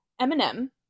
eminem